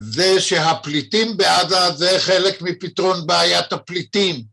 זה שהפליטים בעזה זה חלק מפתרון בעיית הפליטים